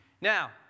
Now